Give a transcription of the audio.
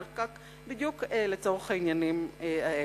אלא בדיוק לצורך מצבים כאלה.